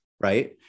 right